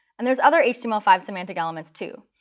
and there's other h t m l five semantic elements too.